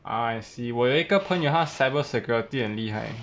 ah I see 我有一个朋友他 cyber security 很厉害